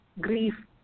grief